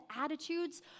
attitudes